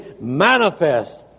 manifest